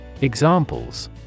Examples